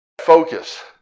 Focus